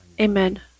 Amen